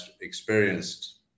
experienced